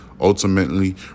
ultimately